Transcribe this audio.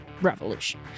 revolution